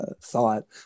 thought